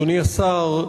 אדוני השר,